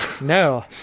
No